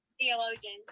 theologian